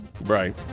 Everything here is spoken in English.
right